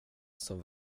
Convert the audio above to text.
som